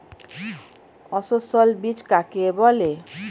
অসস্যল বীজ কাকে বলে?